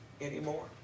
anymore